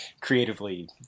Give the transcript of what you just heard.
creatively